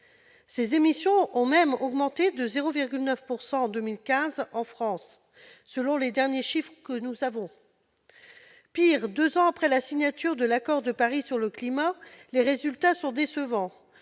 Les émissions ont même augmenté de 0,9 % en 2015 en France, selon les derniers chiffres dont nous disposons. Pis, deux ans après la signature de l'accord de Paris sur le climat, les résultats sont décevants